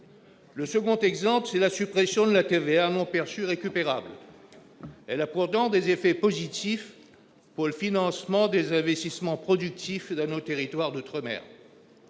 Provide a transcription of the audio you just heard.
Le second exemple, c'est la suppression de la TVA non perçue récupérable. Ce dispositif a pourtant des effets positifs sur le financement des investissements productifs dans nos territoires d'outre-mer.